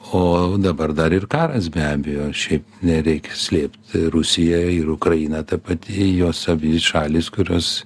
o dabar dar ir karas be abejo šiaip nereikia slėpt rusija ir ukraina ta pati jos abi šalys kurios